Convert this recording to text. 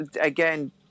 again